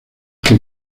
que